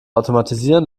automatisieren